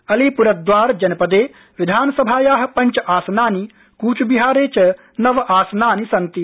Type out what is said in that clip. अलीपुरद्वार जनपदे विधानसभाया पंचआसनानि कूचबिहारे च नव आसनानि सन्ति